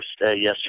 yesterday